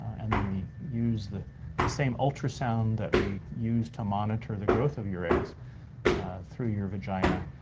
and then we use the the same ultrasound that we use to monitor the growth of your eggs through your vagina,